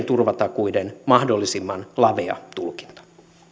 turvatakuiden mahdollisimman lavea tulkinta